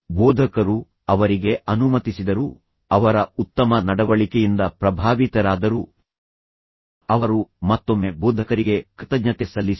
ಬೋಧಕರು ಅವರಿಗೆ ಅನುಮತಿಸಿದರು ಅವರ ಉತ್ತಮ ನಡವಳಿಕೆಯಿಂದ ಪ್ರಭಾವಿತರಾದರು ಅವರು ಮತ್ತೊಮ್ಮೆ ಬೋಧಕರಿಗೆ ಕೃತಜ್ಞತೆ ಸಲ್ಲಿಸಿದರು